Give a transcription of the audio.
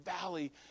valley